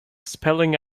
spelling